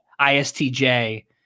ISTJ